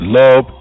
love